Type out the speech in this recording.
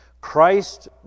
Christ